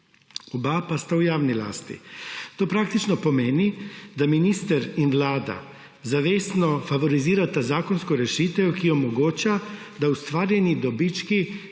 oba pa sta v javni lasti. To praktično pomeni, da minister in Vlada zavestno favorizirata zakonsko rešitev, ki omogoča, da ustvarjeni dobički